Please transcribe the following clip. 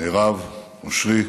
מירב, אושרי,